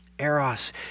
Eros